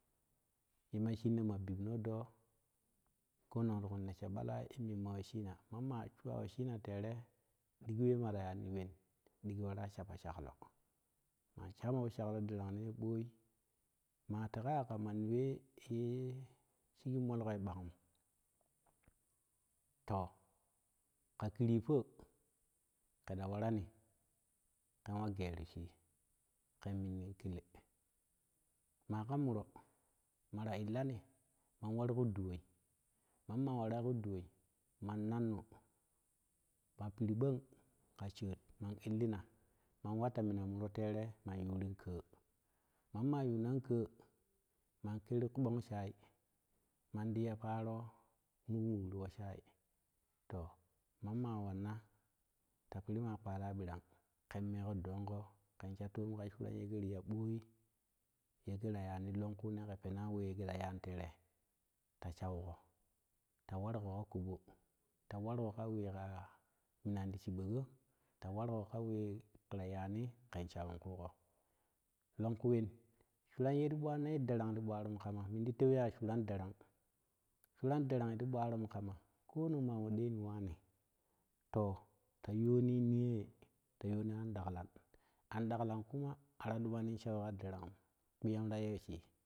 Tema shinno maъibno doo ƙonong riku neash ъala in maima weshiina mamma shuwa weshina tera ɗigi we mara tanii wen digi wanƙ shapo shako maa shema poshaklo darcugne ъoi mateka ya ka manniwe te molkeiъan'ium to ƙa keripoo ƙera warani ƙenwa geru shii ken minnin kelee maƙa muroo mara illani man warku duwon mamma waraƙuu duwai man nanni maa perъong ƙa shool man illina man wat ta mina muroo teree man turin ƙoo mammaa tunan ƙoo man kero kuъang shai manti ta paroo mukmuk ti poshe to mamma wanna ta pirima kpala ъirang ken meƙo dogpei kan shafon ka sura tekera ta boi tekara zani lankune ƙe perie we kera tanitere ta sauko ta wa ruƙo ka kobo ta waruko ka weƙka mina ni ti chiъogo to waru ko ka we kera tani ken shawin ƙuƙoo lonkuwen suran teri ъwannai te daranpti ъwaromu ƙaina minti tewi ƙa suran danrange suran darang to bwaro mukama kononmawa ɗeni wani to ta yoni tii ta yoni an ɗaklan anɗaklan kuma ara dunanin shari we ƙa daransun kiyami ta yashii.